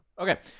Okay